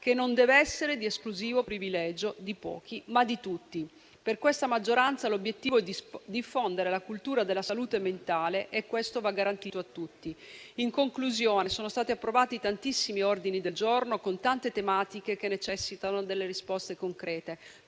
che non dev'essere un esclusivo privilegio di pochi, ma di tutti. Per questa maggioranza l'obiettivo è diffondere la cultura della salute mentale, che va garantita a tutti. In conclusione, sono stati approvati tantissimi ordini del giorno, con tante tematiche che necessitano di risposte concrete;